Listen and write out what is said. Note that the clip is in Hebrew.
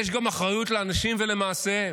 יש גם אחריות לאנשים ולמעשיהם.